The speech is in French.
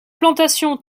plantations